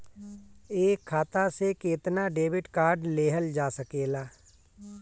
एक खाता से केतना डेबिट कार्ड लेहल जा सकेला?